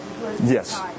Yes